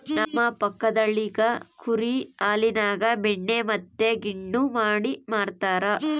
ನಮ್ಮ ಪಕ್ಕದಳ್ಳಿಗ ಕುರಿ ಹಾಲಿನ್ಯಾಗ ಬೆಣ್ಣೆ ಮತ್ತೆ ಗಿಣ್ಣು ಮಾಡಿ ಮಾರ್ತರಾ